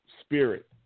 spirit